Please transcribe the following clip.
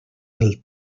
del